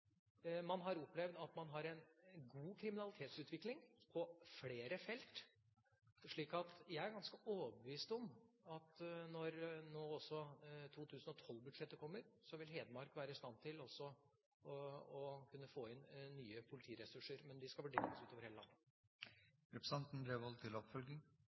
man har opplevd at man har en god utvikling når det gjelder kriminalitet på flere felt. Så jeg er ganske overbevist om at når 2012-budsjettet kommer, vil Hedmark være i stand til også å kunne få inn nye politiressurser, men de skal fordeles ut over hele landet.